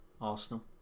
Arsenal